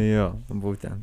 jo būtent